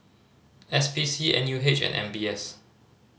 S P C N U H and M B S